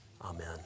amen